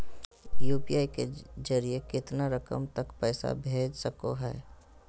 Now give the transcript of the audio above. UPI के जरिए कितना रकम तक पैसा भेज सको है?